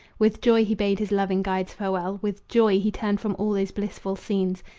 with joy he bade his loving guides farewell, with joy he turned from all those blissful scenes.